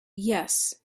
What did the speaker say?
yes